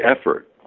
effort